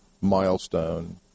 milestone